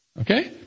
Okay